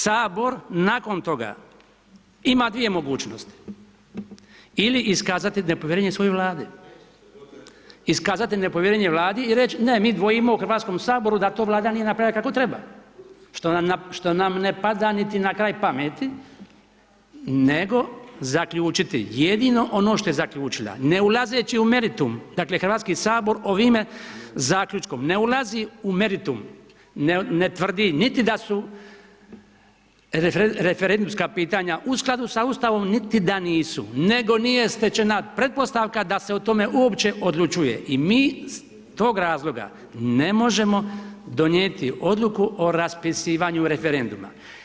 Sabor nakon toga ima dvije mogućnosti ili iskazati nepovjerenje svojoj Vladi, iskazati nepovjerenje Vladi i reć mi dvojimo u Hrvatskom saboru da to Vlada nije napravila kako treba što nam ne pada niti na kraj pameti, nego zaključiti jedino ono što je zaključila ne ulazeći u meritum, dakle Hrvatski sabor ovime zaključkom ne ulazi u meritum, ne tvrdi niti da su referendumska pitanja u skladu s Ustavnom, niti da nisu, nego nije stečena pretpostavka da se o tome uopće odlučuje i mi iz tog razloga ne možemo donijeti odluku o raspisivanju referenduma.